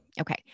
Okay